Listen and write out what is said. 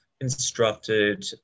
instructed